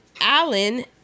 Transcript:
Alan